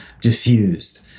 diffused